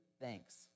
thanks